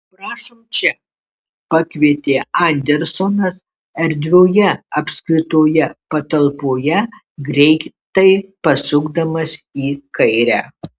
prašom čia pakvietė andersonas erdvioje apskritoje patalpoje greitai pasukdamas į kairę